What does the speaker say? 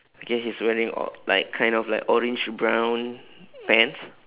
okay he is wearing o~ like kind of like orange brown pants